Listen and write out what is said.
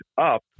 up